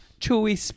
chewy